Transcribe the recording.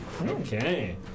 okay